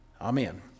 Amen